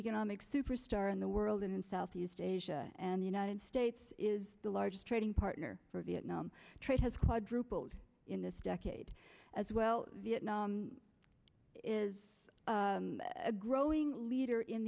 economic superstar in the world in southeast asia and the united states is the largest trading partner for vietnam trade has quadrupled in this decade as well vietnam is a growing leader in